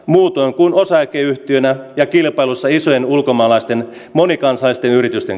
muutoin kuin osakeyhtiönä ja kilpailussa isojen ulkomaalaisten monikansallisten yritysten